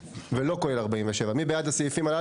מי בעד הסעיפים?